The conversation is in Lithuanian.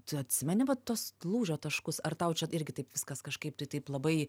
tu atsimeni va tuos lūžio taškus ar tau čia irgi taip viskas kažkaip tai taip labai